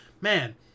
man